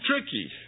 tricky